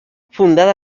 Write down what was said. fundada